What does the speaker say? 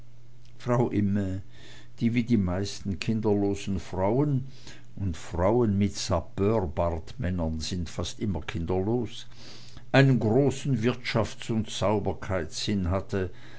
frau imme die wie die meisten kinderlosen frauen und frauen mit sappeurbartmännern sind fast immer kinderlos einen großen wirtschafts und sauberkeitssinn